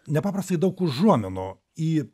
nepaprastai daug užuominų į